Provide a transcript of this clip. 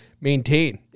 maintain